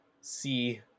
See